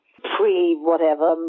pre-whatever